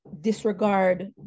disregard